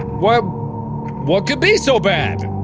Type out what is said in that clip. what what could be so bad?